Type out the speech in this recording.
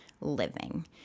living